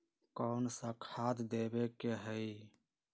कोन सा खाद देवे के हई?